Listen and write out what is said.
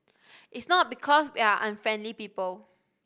it's not because we are unfriendly people